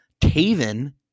Taven